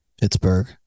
Pittsburgh